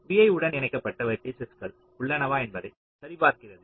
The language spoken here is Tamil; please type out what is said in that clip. vi உடன் இணைக்கப்பட்ட 2 வெர்ட்டிஸஸ்கள் உள்ளனவா என்பதை இது சரிபார்க்கிறது